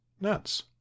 nuts